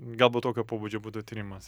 galbūt tokio pobūdžio būtų tyrimas